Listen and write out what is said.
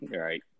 right